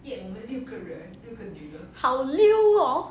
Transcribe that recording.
好溜 orh